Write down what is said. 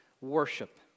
worship